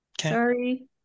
Sorry